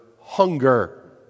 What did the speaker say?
hunger